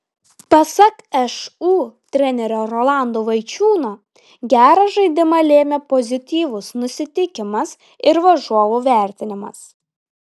pasak šu trenerio rolando vaičiūno gerą žaidimą lėmė pozityvus nusiteikimas ir varžovų vertinimas